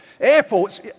Airports